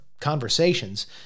conversations